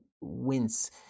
wince